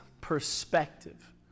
perspective